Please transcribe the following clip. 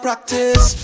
Practice